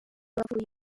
bapfuye